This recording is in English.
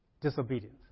disobedience